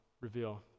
reveal